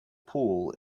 pool